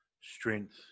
strength